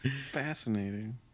Fascinating